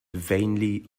vainly